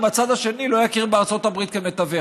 הצד השני לא יכיר בארצות הברית כמתווך.